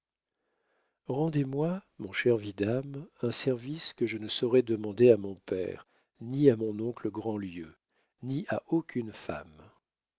rendez-moi mon cher vidame un service que je ne saurais demander à mon père ni à mon oncle grandlieu ni à aucune femme